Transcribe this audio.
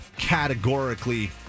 Categorically